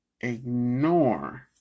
ignore